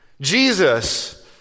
Jesus